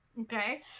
okay